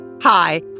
Hi